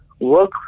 work